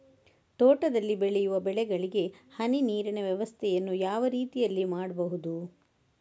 ತೋಟದಲ್ಲಿ ಬೆಳೆಯುವ ಬೆಳೆಗಳಿಗೆ ಹನಿ ನೀರಿನ ವ್ಯವಸ್ಥೆಯನ್ನು ಯಾವ ರೀತಿಯಲ್ಲಿ ಮಾಡ್ಬಹುದು?